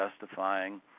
justifying